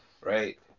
right